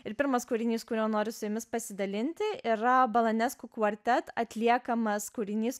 ir pirmas kūrinys kuriuo noriu su jumis pasidalinti yra balanesku kvartet atliekamas kūrinys